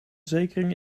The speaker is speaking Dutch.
zekering